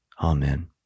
Amen